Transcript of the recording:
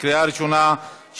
קריאה ראשונה,